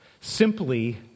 Simply